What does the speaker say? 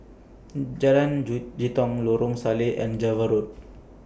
Jalan Jitong Lorong Salleh and Java Road